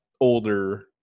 older